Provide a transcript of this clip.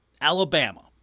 Alabama